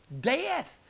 Death